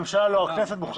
הממשלה לא מוחרגת.